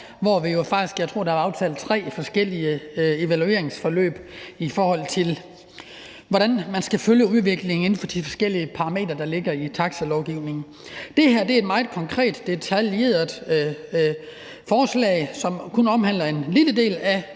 har indgået. Jeg tror, der var aftalt tre forskellige evalueringsforløb, i forhold til hvordan man skal følge udviklingen inden for de forskellige parametre, der ligger i taxilovgivningen. Det her er et meget konkret og detaljeret forslag, som kun omhandler en lille del af